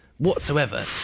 whatsoever